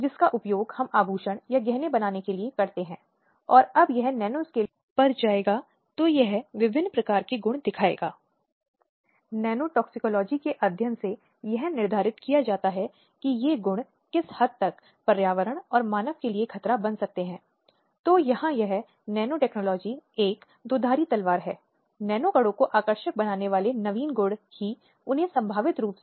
slide समय देखें 0110 यह महिलाओं के लिए संवैधानिक और कानूनी सुरक्षा उपायों की समीक्षा करने उपचारात्मक विधायी उपायों की सिफारिश करने शिकायतों के निवारण की सुविधा और महिलाओं को प्रभावित करने वाले सभी नीतिगत मामलों पर सरकार को सलाह देने के लिए 1990 से स्थापित किया गया है